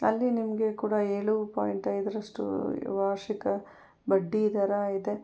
ಅಲ್ಲಿ ನಿಮಗೆ ಕೂಡ ಏಳು ಪಾಯಿಂಟ್ ಐದರಷ್ಟು ವಾರ್ಷಿಕ ಬಡ್ಡಿ ದರ ಇದೆ